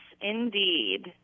indeed